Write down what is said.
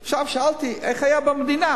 עכשיו, שאלתי: איך היה במדינה?